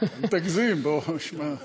אל תגזים, בוא, שמע.